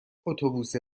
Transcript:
اتوبوس